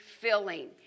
filling